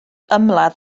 ymladd